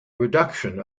reduction